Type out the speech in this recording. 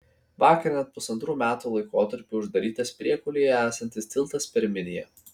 vakar net pusantrų metų laikotarpiui uždarytas priekulėje esantis tiltas per miniją